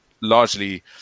largely